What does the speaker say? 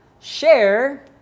share